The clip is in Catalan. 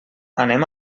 anem